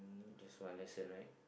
just one lesson right